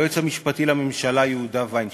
היועץ המשפטי לממשלה יהודה וינשטיין.